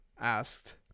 asked